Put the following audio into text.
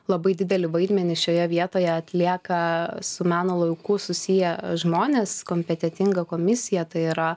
labai didelį vaidmenį šioje vietoje atlieka su meno lauku susiję žmonės kompetentinga komisija tai yra